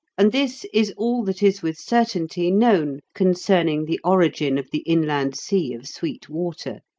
and this is all that is with certainty known concerning the origin of the inland sea of sweet water,